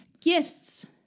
Gifts